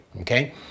okay